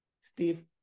Steve